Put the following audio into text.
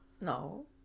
No